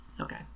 Okay